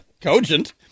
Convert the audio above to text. cogent